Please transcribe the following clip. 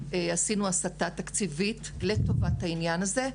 עשינו הסטה תקציבית לטובת העניין הזה,